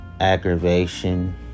aggravation